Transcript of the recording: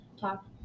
talk